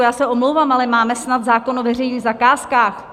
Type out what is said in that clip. Já se omlouvám, ale máme snad zákon o veřejných zakázkách!